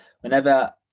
whenever